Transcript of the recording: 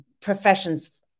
professions